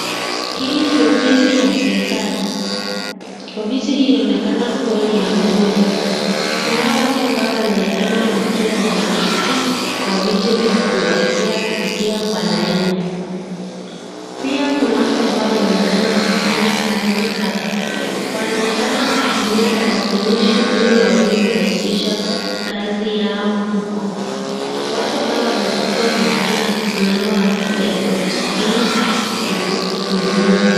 Hii ni ofisi ya serikali. Ofisi hii inaonekana kuwa ni ya huduma. Kunao watu ambao wanaonekana wakiwa wameketi kwa viti na kungojea kufikiwa kwa laini. Pia kuna watu ambao wanaonekana wakifanya kazi hapa. Wanaonekana wakitumia tarakilishi ili waweze kurahisisha kazi yao huku. Watu ambao wamefikiwa wanaonekana wakisimama wakisubiri kuhudumiwa.